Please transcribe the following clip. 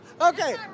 Okay